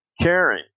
Caring